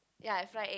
ya I fry egg